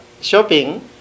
shopping